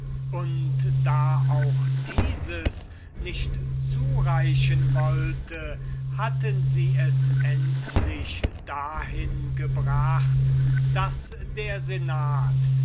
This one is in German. und da auch dieses nicht zureichen wollte hatten sie es dahin gebracht daß der senat